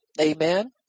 Amen